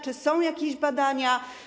Czy są jakieś badania?